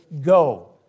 go